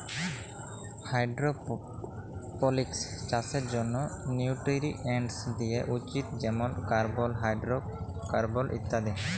hydroponics চাষের জ্যনহে nutrients দিয়া উচিত যেমল কার্বল, হাইডোরোকার্বল ইত্যাদি